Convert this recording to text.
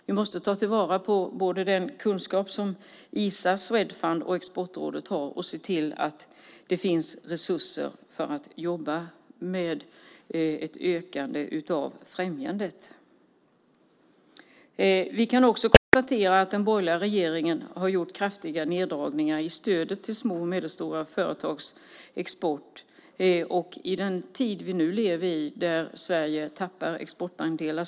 Vi måste ta till vara den kunskap som ISA, Swedfund och Exportrådet har och se till att det finns resurser för att jobba med ett ökande av främjandet. Vi kan också konstatera att den borgerliga regeringen har gjort kraftiga neddragningar i stödet till små och medelstora företags export i en tid där Sverige tappar exportandelar.